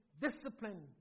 discipline